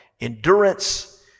endurance